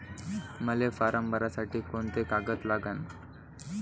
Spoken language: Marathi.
मले फारम भरासाठी कोंते कागद लागन?